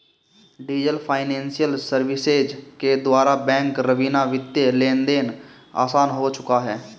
diesel financial services के द्वारा bank रवीना वित्तीय लेनदेन आसान हो चुका है